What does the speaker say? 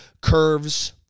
curves